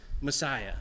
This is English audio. Messiah